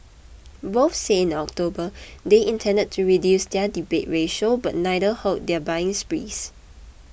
both said in October they intended to reduce their debt ratio but neither halted their buying sprees